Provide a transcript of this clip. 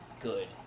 good